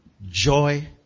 Joy